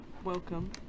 welcome